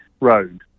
road